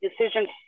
decisions